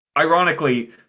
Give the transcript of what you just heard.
ironically